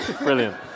brilliant